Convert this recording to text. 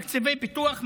תקציבי פיתוח,